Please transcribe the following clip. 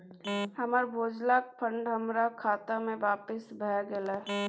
हमर भेजलका फंड हमरा खाता में आपिस भ गेलय